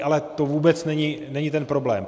Ale to vůbec není ten problém.